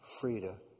Frida